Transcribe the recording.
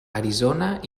arizona